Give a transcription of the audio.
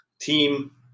team